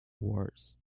wars